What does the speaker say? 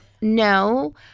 No